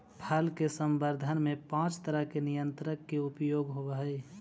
फल के संवर्धन में पाँच तरह के नियंत्रक के उपयोग होवऽ हई